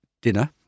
dinner